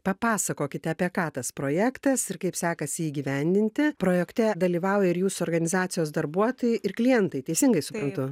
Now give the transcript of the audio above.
papasakokite apie ką tas projektas ir kaip sekasi jį įgyvendinti projekte dalyvauja ir jūsų organizacijos darbuotojai ir klientai teisingai suprantu